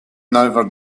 never